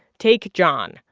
take john.